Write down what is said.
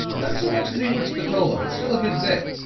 not so much as he would spatola, but still a good bit.